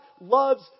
loves